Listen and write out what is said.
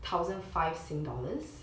thousand five sing dollars